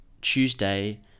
Tuesday